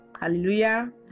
hallelujah